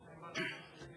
דקות.